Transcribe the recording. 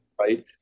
right